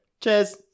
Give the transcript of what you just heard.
Cheers